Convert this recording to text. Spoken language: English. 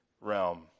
realm